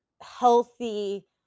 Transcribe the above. healthy